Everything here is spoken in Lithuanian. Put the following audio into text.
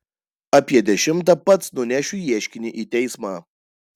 apie dešimtą pats nunešiu ieškinį į teismą